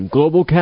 Global